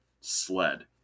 sled